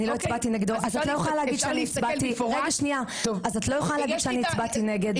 אז את לא יכולה להגיד שאני הצבעתי נגד.